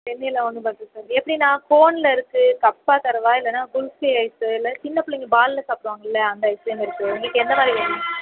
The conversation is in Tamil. வெண்ணிலா ஒன்று பட்டர்ஸ்காட்ச் எப்படிண்ணா கோனில் இருக்கு கப்பாக தரவா இல்லைனா குல்ஃபி ஐஸ்ஸு இல்லை சின்ன பிள்ளைங்க பாலில் சாப்பிடுவாங்கள்ல அந்த ஐஸ்கிரீம் இருக்கு உங்குளுக்கு எந்த மாதிரி வேணும்